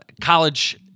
college